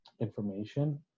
information